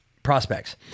Prospects